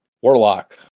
warlock